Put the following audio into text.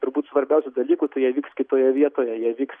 turbūt svarbiausiu dalyku tai jie vyks kitoje vietoje jie vyks